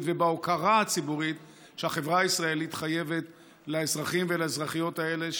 ובהוקרה הציבורית שהחברה הישראלית חייבת לאזרחים ולאזרחיות האלה,